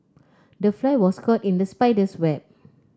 the fly was caught in the spider's web